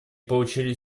получили